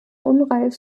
unreif